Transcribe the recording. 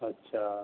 अच्छा